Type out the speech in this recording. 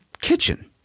kitchen